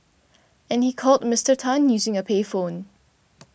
and he called Mister Tan using a payphone